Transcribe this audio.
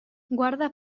guarda